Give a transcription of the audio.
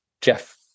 Jeff